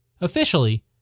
Officially